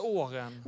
åren